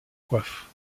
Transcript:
coiffes